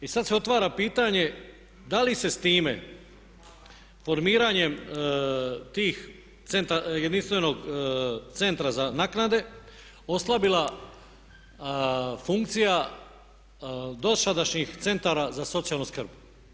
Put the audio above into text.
I sada se otvara pitanje da li se sa time formiranjem tih jedinstvenog centra za naknade oslabila funkcija dosadašnjih centara za socijalnu skrb.